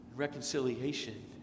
reconciliation